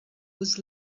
was